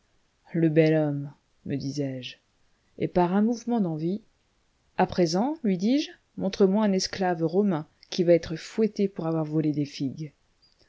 le bel homme me disais-je et par un mouvement d'envie à présent lui dis-je montre-moi un esclave romain qui va être fouetté pour avoir volé des figues